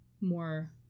more